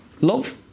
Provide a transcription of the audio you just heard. love